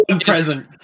present